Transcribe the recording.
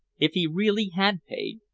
if he really had paid,